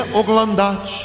oglądać